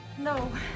No